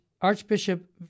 Archbishop